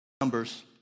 Numbers